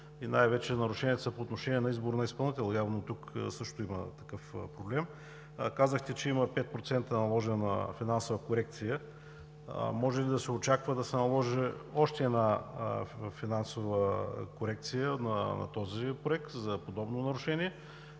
нещо и нарушенията са по отношение на избора на изпълнител. Явно тук също има такъв проблем. Казахте, че има 5% наложена финансова корекция. Очаква ли се да се наложи още една финансова корекция на този проект за подобно нарушение?